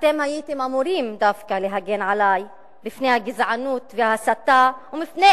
אתם הייתם אמורים דווקא להגן עלי מפני הגזענות וההסתה ומפני